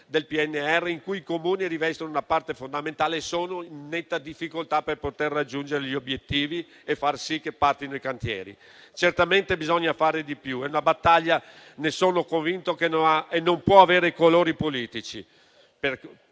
del PNRR, in cui i Comuni rivestono una parte fondamentale e sono in netta difficoltà nel raggiungere gli obiettivi e far sì che partano i cantieri. Certamente bisogna fare di più, è una battaglia - ne sono convinto - che non ha e non può avere colori politici,